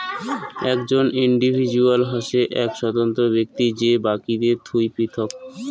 একজন ইন্ডিভিজুয়াল হসে এক স্বতন্ত্র ব্যক্তি যে বাকিদের থুই পৃথক